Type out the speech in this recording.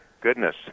goodness